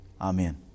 Amen